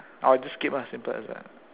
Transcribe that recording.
or just skip lah simple as that